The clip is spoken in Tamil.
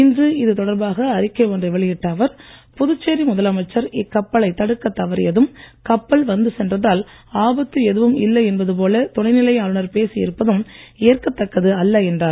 இன்று இது தொடர்பாக அறிக்கை ஒன்றை வெளியிட்ட அவர் புதுச்சேரி முதலமைச்சர் இக்கப்பலைத் தடுக்கத் தவறியதும் கப்பல் வந்து சென்றதால் ஆபத்து எதுவும் இல்லை என்பது போல துணைநிலை ஆளுநர் பேசி இருப்பதும் ஏற்கத்தக்கது அல்ல என்றார்